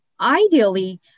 ideally